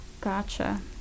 Gotcha